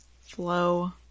flow